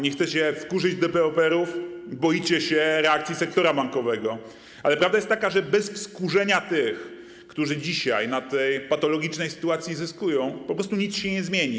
Nie chcecie wkurzyć deweloperów, boicie się reakcji sektora bankowego, ale prawda jest taka, że bez wkurzenia tych, którzy dzisiaj na tej patologicznej sytuacji zyskują, po prostu nic się nie zmieni.